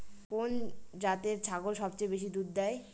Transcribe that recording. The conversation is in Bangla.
কোন জাতের ছাগল সবচেয়ে বেশি দুধ দেয়?